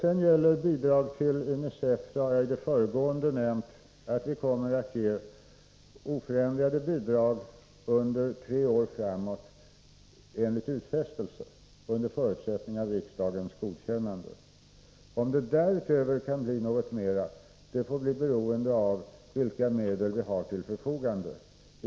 När det gäller bidrag till UNICEF har jag i det föregående nämnt att vi kommer att ge oförändrade bidrag under tre år framåt enligt utfästelse, under förutsättning av riksdagens godkännande. Om det därutöver kan bli något mera får bli beroende av vilka medel vi har till förfogande.